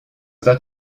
that